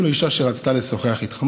אמרתי לו: אישה שרצתה לשוחח איתך.